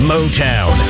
Motown